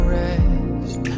rest